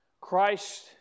Christ